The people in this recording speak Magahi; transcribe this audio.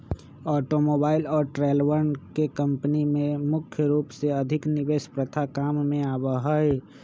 आटोमोबाइल और ट्रेलरवन के कम्पनी में मुख्य रूप से अधिक निवेश प्रथा काम में आवा हई